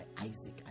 Isaac